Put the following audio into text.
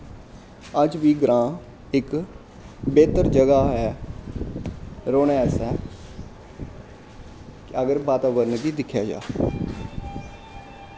अज्ज बी ग्रांऽ इक बेह्तर जगह ऐ रौह्नै आस्तै अगर बाताबरन गी दिक्खेआ जाऽ